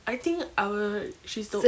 I think our she's the